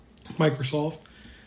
Microsoft